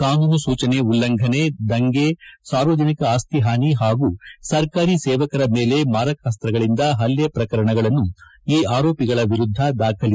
ಕಾನೂನು ಸೂಚನೆ ಉಲ್ಲಂಘನೆ ದಂಗೆ ಸಾರ್ವಜನಿಕ ಆಸ್ತಿ ಹಾನಿ ಹಾಗೂ ಸರ್ಕಾರಿ ಸೇವಕರ ಮೇಲೆ ಮಾರಕಾಸ್ತ್ರಗಳಿಂದ ಹಲ್ಲೆ ಪ್ರಕರಣಗಳನ್ನು ಈ ಆರೋಪಿಗಳ ವಿರುದ್ದ ದಾಖಲಿಸಲಾಗಿದೆ